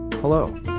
Hello